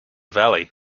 valley